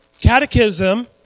Catechism